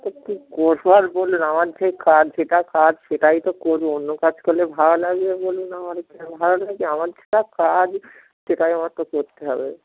কি কষবার বলুন না আমার যে কাজ যেটা কাজ সেটাই তো করবো অন্য কাজ করলে ভালো লাগে বলুন আমার ভালো লাগে আমার যেটা কাজ সেটাই আমার তো করতে হবে